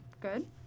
good